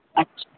अच्छा